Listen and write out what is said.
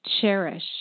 cherish